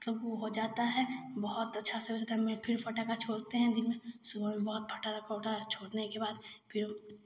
वह हो जाता है बहुत अच्छा से फिर उस टाइम में पटाखा छोड़ते हैं दिन में सुबह में बहुत फटाखा उटाखा छोड़ने के बाद फिर